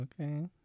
Okay